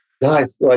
Nice